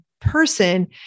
person